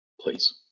please